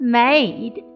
made